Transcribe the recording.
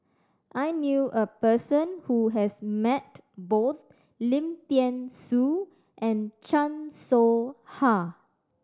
I knew a person who has met both Lim Thean Soo and Chan Soh Ha